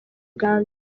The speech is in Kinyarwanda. uganda